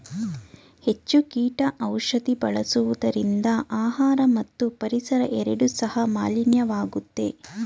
ಹೆಚ್ಚು ಕೀಟ ಔಷಧಿ ಬಳಸುವುದರಿಂದ ಆಹಾರ ಮತ್ತು ಪರಿಸರ ಎರಡು ಸಹ ಮಾಲಿನ್ಯವಾಗುತ್ತೆ